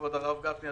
כבוד הרב גפני,